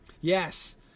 Yes